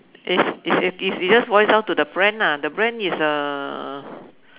it's it it just boils down to the brand ah the brand is uh